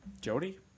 Jody